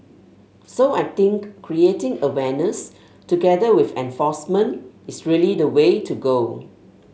so I think creating awareness together with enforcement is really the way to go